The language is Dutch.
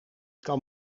kan